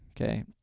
okay